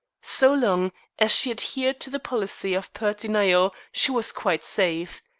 so long as she adhered to the policy of pert denial she was quite safe.